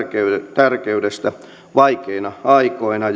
tärkeydestä vaikeina aikoina